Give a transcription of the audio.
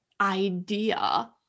idea